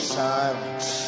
silence